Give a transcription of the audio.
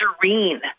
serene